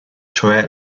cioè